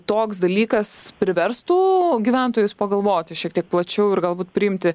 toks dalykas priverstų gyventojus pagalvoti šiek tiek plačiau ir galbūt priimti